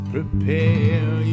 Prepare